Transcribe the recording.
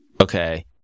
okay